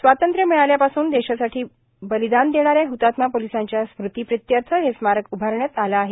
स्वातंत्र्य मिळाल्यापासून देशासाठी बलिदान देणाऱ्या हतात्मा पोलिसांच्या स्मृतिप्रीत्यर्थ हे स्मारक उभारण्यात आलं आहे